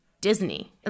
Disney